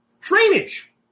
Drainage